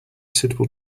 suitable